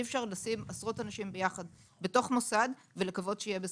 אי אפשר לשים עשרות אנשים ביחד בתוך מוסד ולקוות שיהיה בסדר.